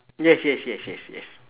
yes yes yes yes yes